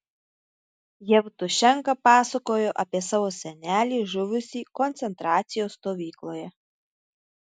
jevtušenka pasakojo apie savo senelį žuvusį koncentracijos stovykloje